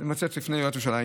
אני מציע שתפנה לעיריית ירושלים.